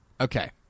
Okay